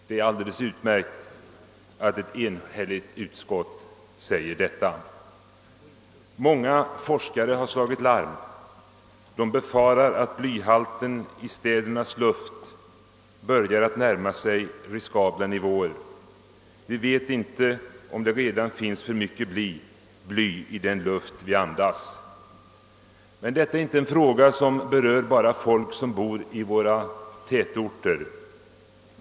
Det är alldeles utmärkt att ett enhälligt utskott säger detta. Många forskare har slagit larm. De befarar att blyhalten i städernas luft börjar att närma sig riskabla nivåer. Vi vet inte om det redan finns för mycket bly i den luft vi andas, Men detta är inte en fråga som bara berör folk i våra tätorter.